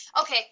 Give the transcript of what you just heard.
Okay